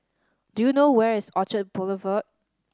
do you know where is Orchard Boulevard